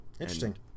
Interesting